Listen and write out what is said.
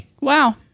Wow